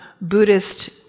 Buddhist